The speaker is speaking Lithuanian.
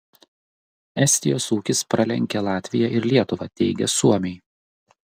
estijos ūkis pralenkia latviją ir lietuvą teigia suomiai